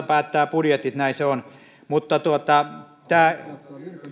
päättää budjetit näin se on tämä